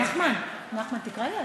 נחמן, תקרא לזהבה.